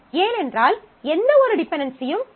ஏனென்றால் எந்தவொரு டிபென்டென்சியும் இல்லை